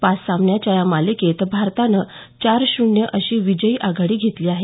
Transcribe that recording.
पाच सामन्यांच्या या मालिकेत भारतानं चार शून्य अशी विजयी आघाडी घेतली आहे